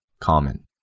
common